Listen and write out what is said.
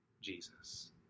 Jesus